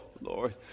Lord